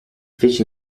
fece